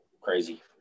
Crazy